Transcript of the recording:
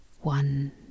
One